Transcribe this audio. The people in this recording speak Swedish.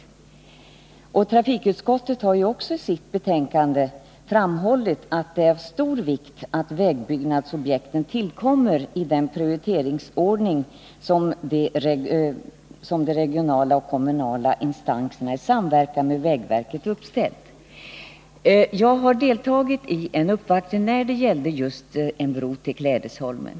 Tisdagen den Trafikutskottet har i sitt betänkande också framhållit att det är av stor vikt 16 december 1980 att vägbyggnadsobjekten tillkommer i den prioritetsordning som de regionala och kommunala instanserna i samverkan med vägverket uppställt. Besparingar i Jag har deltagit i en uppvaktning just beträffande en bro till Klädesholmen.